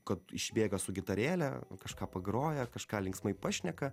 kad išbėga su gitarėle kažką pagroja kažką linksmai pašneka